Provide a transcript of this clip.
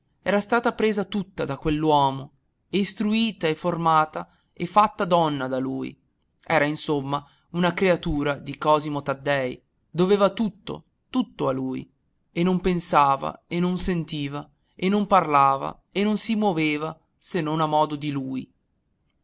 era stata presa tutta da quell'uomo e istruita e formata e fatta donna da lui era insomma una creatura di cosimo taddei doveva tutto tutto a lui e non pensava e non sentiva e non parlava e non si moveva se non a modo di lui